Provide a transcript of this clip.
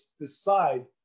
decide